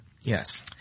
Yes